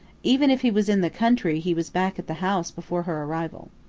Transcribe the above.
even if he was in the country he was back at the house before her arrival.